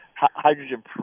hydrogen